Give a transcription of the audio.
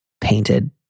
painted